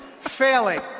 failing